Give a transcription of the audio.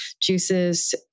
juices